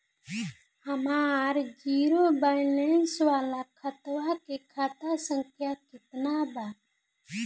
हमार zero balance वाला खतवा के खाता संख्या केतना बा?